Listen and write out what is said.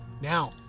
now